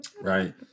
Right